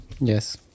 Yes